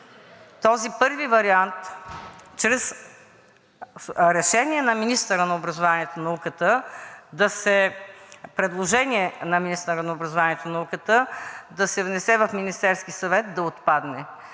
този първи вариант: „Чрез предложение на министъра на образованието и науката да се внесе в Министерския съвет“ да отпадне,